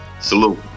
Salute